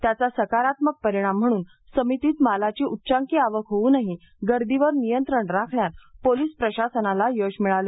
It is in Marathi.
त्याचा सकारात्मक परिणाम म्हणून समितीत मालाची उच्चांकी आवक होऊनही गर्दीवर नियंत्रण राखण्यात पोलिस प्रशासनाला यश मिळाले